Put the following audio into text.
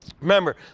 Remember